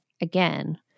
again